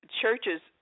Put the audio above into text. churches